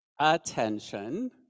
attention